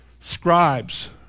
scribes